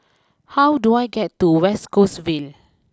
how do I get to West Coast Vale